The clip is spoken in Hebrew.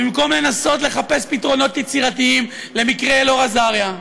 במקום לנסות לחפש פתרונות יצירתיים למקרה אלאור אזריה,